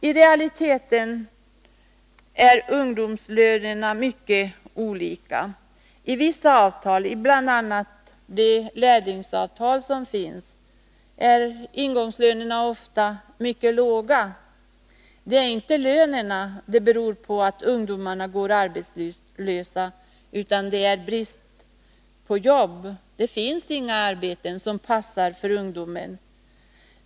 I realiteten är ungdomslönerna mycket olika. I vissa avtal, bl.a. de lärlingsavtal som finns, är ingångslönerna ofta mycket låga. Det är inte lönerna det beror på att ungdomar går arbetslösa, utan det är bristen på jobb. Det finns inga arbeten som passar för ungdomen.